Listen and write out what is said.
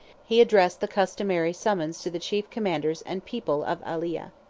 he addressed the customary summons to the chief commanders and people of aelia.